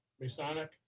Masonic